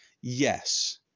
Yes